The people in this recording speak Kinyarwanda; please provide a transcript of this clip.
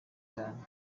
cyane